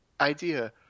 idea